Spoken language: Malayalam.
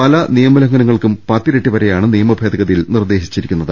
പല നിയമ ലംഘനങ്ങൾക്കും പത്തിരട്ടി വരെയാണ് നിയമഭേദഗതിയിൽ നിർദ്ദേശിച്ചിരി ക്കുന്നത്